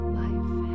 life